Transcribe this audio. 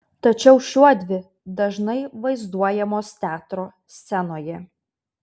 tačiau šiuodvi dažnai vaizduojamos teatro scenoje